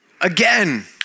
Again